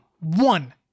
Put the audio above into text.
One